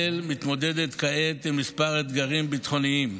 מתמודדת כעת עם כמה אתגרים ביטחוניים,